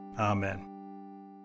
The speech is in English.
Amen